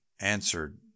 answered